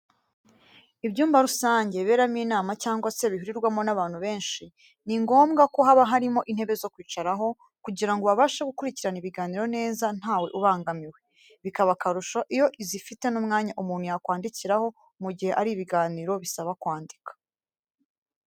Ibyumba rusange biberamo inama cyangwa se bihurirwamo n'abantu benshi, ni ngombwa ko haba harimo intebe zo kwicaraho, kugira ngo babashe gukurikirana ibiganiro neza ntawe ubangamiwe. Bikaba akarusho iyo zifite n'umwanya umuntu yakwandikiraho mu gihe ari ibiganiro bisaba kwandika.